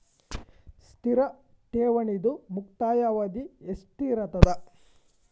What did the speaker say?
ಸ್ಥಿರ ಠೇವಣಿದು ಮುಕ್ತಾಯ ಅವಧಿ ಎಷ್ಟಿರತದ?